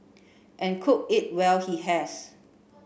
and cook it well he has